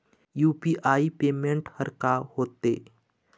UPI payment हर का होते?